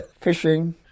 Fishing